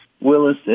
Willis